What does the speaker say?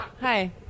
Hi